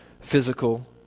physical